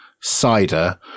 cider